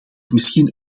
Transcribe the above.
misschien